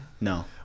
no